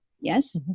Yes